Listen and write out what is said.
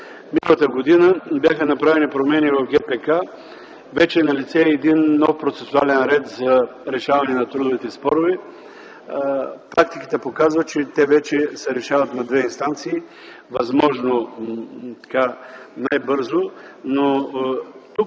миналата година бяха направени промени в ГПК. Вече е налице един нов процесуален ред за решаване на трудовите спорове. Практиката показва, че те вече се решават на две инстанции възможно най-бързо. Сега тук